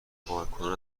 کارکنان